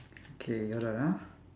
okay hold on ah